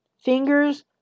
fingers